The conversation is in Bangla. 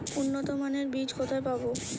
উন্নতমানের বীজ কোথায় পাব?